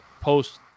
post